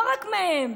לא רק מהם,